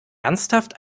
ernsthaft